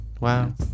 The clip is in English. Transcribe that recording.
Wow